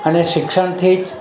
અને શિક્ષણથી જ